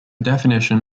definition